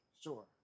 Sure